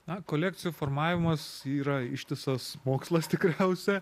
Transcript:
na kolekcijų formavimas yra ištisas mokslas tikriausia